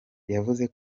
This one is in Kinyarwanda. yavuze